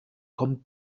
kommt